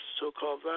so-called